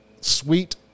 Sweet